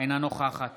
אינה נוכחת